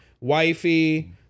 wifey